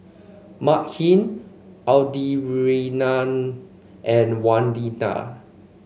Makhi Audrianna and Wanita